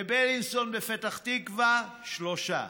בבילינסון בפתח תקווה, שלושה,